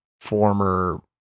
former